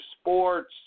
sports